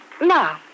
No